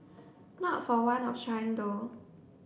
not for want of trying though